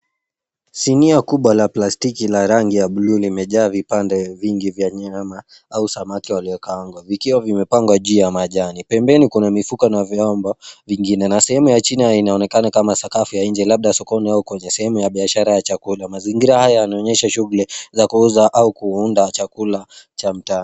Sinia kubwa la plastiki la rangi ya buluu limejaa vipande vingi vya nyama au samaki waliokaangwa vikiwa vimepangwa juu ya majani. Pembeni kuna mifuko na vyombo vingine na sehemu ya chini inaonekana kama sakafu ya nje labda sokoni au kwenye sehemu ya biashara ya chakula. Mazingira haya yanaonyesha shughuli za kuuza au kuunda chakula cha mtaa.